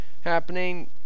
happening